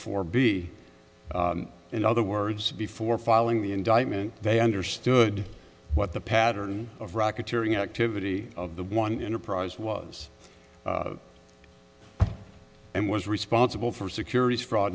four b in other words before filing the indictment they understood what the pattern of racketeering activity of the one enterprise was and was responsible for securities